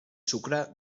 sucre